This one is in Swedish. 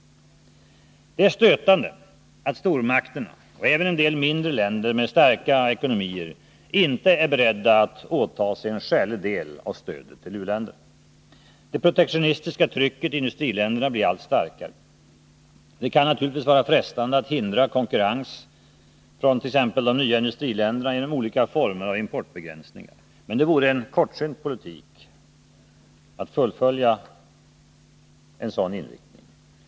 Det är stötande att stormakterna och även en del mindre länder med starka ekonomier inte är beredda att åta sig en skälig del av stödet till u-länderna. Det protektionistiska trycket i industriländerna blir allt starkare. Det kan naturligtvis vara frestande att hindra konkurrens från t.ex. de nya industriländerna genom olika former av importbegränsningar. Men det vore en kortsynt politik att fullfölja en sådan inriktning.